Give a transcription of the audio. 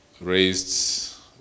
raised